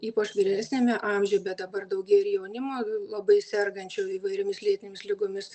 ypač vyresniame amžiuje bet dabar daugėja ir jaunimo labai sergančių įvairiomis lėtinėmis ligomis